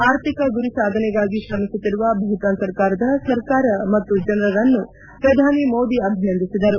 ಆರ್ಥಿಕ ಗುರಿ ಸಾಧನೆಗಾಗಿ ಶ್ರಮಿಸುತ್ತಿರುವ ಭೂತಾನ್ ಸರ್ಕಾರದ ಸರ್ಕಾರ ಮತ್ತು ಜನರನ್ನು ಪ್ರಧಾನಿ ಮೋದಿ ಅಭಿನಂದಿಸಿದರು